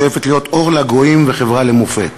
השואפת להיות אור לגויים וחברה למופת.